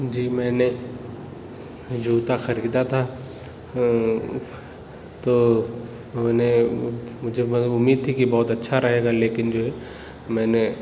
جی میں نے جوتا خریدا تھا تو میں نے مجھے بس اُمید تھی کہ بہت اچھا رہے گا لیکن جو ہے میں نے